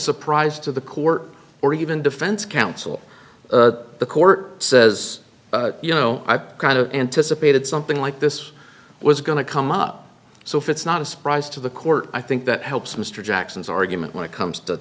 surprise to the court or even defense counsel the court says you know i've kind of anticipated something like this was going to come up so if it's not a surprise to the court i think that helps mr jackson's argument when it comes to